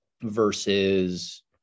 versus